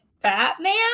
Batman